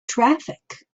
traffic